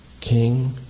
King